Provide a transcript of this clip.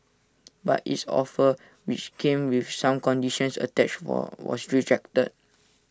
but its offer which came with some conditions attached were was rejected